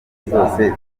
zose